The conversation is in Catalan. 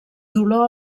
dolor